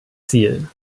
ziel